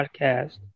Podcast